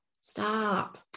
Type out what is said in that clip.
stop